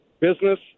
business –